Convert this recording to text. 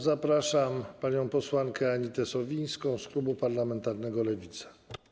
Zapraszam panią posłankę Anitę Sowińską z klubu parlamentarnego Lewica.